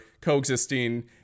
coexisting